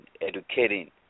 educating